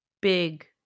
big